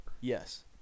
Yes